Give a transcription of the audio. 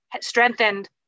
strengthened